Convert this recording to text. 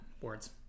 word's